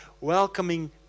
Welcoming